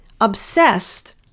obsessed